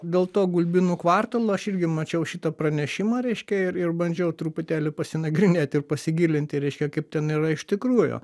dėl to gulbinų kvartalo aš irgi mačiau šitą pranešimą reiškia ir ir bandžiau truputėlį pasinagrinėti ir pasigilinti reiškia kaip ten yra iš tikrųjų